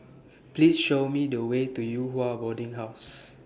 Please Show Me The Way to Yew Hua Boarding House